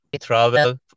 travel